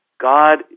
God